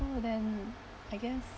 so then I guess